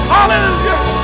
Hallelujah